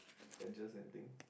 adjust anything